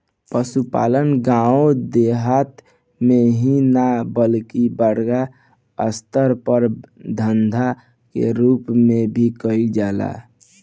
पसुपालन गाँव देहात मे ही ना बल्कि बड़ अस्तर पर धंधा के रुप मे भी कईल जाला